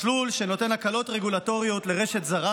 מסלול שנותן הקלות רגולטוריות לרשת זרה